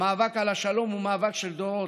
המאבק על השלום הוא מאבק של דורות,